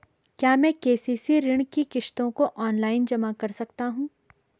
क्या मैं के.सी.सी ऋण की किश्तों को ऑनलाइन जमा कर सकता हूँ?